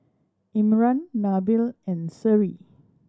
Imran Nabil and Seri